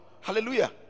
hallelujah